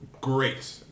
Great